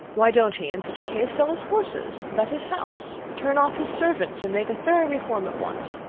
why don't he, in such a case, sell his horses, let his house, turn off his servants, and make a thorough reform at once?